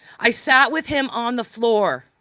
i sat with him on the floor,